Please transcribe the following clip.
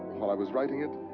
while i was writing it,